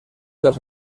dels